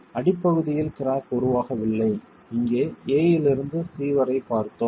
அடிப்பகுதியில் கிராக் உருவாகவில்லை இங்கே a லிருந்து c வரை பார்த்தோம்